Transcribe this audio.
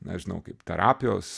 nežinau kaip terapijos